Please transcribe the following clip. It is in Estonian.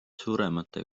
suuremate